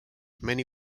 many